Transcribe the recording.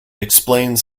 explains